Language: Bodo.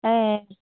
ए